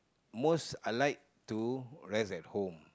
most I like to rest at home